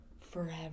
forever